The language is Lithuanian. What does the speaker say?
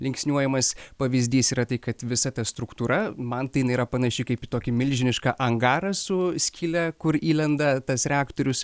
linksniuojamas pavyzdys yra tai kad visa ta struktūra man tai inai yra panaši kaip į tokį milžinišką angarą su skyle kur įlenda tas reaktorius